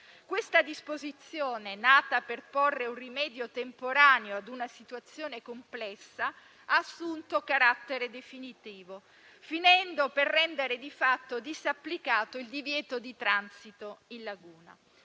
Questa disposizione, nata per porre un rimedio temporaneo a una situazione complessa, ha assunto carattere definitivo, finendo per rendere di fatto disapplicato il divieto di transito in laguna.